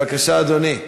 למדת לבטא, אה?